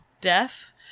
death